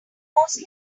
mostly